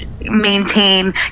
maintain